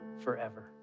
forever